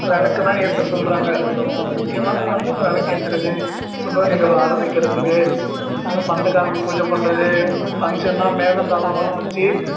விளக்கு தான் ஏத்த சொல்கிறாங்க ஸோ முக்கியமானது வந்து அந்த விளக்கு ஏத்துகிறது சுப நிகழ்வை ஆரம்பிக்கிறத்துக்கு இந்தப் பந்தக்கால் பூஜை பண்ணுறது ஃபங்க்ஷன்னால் மேளந்தாளம்லாம் வச்சி